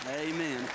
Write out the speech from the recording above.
Amen